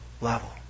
level